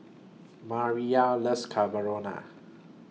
Mariyah loves Carbonara